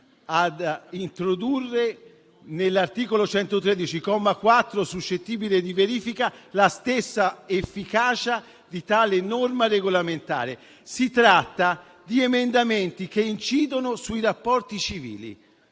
aggiramento dell'art. 113, comma 4, suscettibile di vanificare la stessa efficacia di tale norma regolamentare. Si tratta di emendamenti che incidono sui rapporti civili